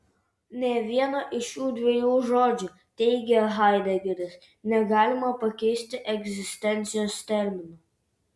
nė vieno iš šių dviejų žodžių teigia haidegeris negalima pakeisti egzistencijos terminu